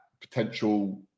potential